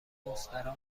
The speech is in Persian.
مستراح